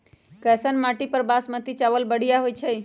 कैसन माटी पर बासमती चावल बढ़िया होई छई?